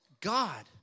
God